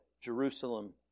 Jerusalem